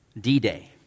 D-Day